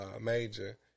major